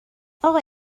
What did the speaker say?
اقا